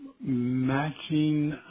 matching